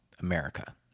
America